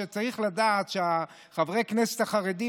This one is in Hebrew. צריך לדעת שחברי הכנסת החרדים,